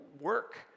work